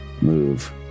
move